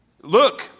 Look